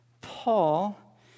Paul